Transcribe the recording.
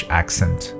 accent